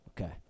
Okay